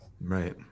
right